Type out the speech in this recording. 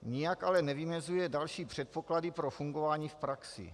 Nijak ale nevymezuje další předpoklady pro fungování v praxi.